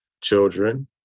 children